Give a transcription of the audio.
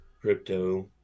crypto